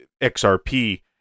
XRP